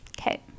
Okay